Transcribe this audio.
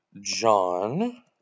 John